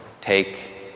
take